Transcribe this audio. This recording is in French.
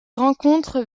rencontre